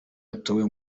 yatowe